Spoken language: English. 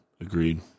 Agreed